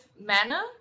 manner